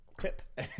Tip